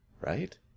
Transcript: Right